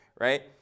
right